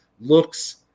looks